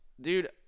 dude